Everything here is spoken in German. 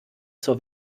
zur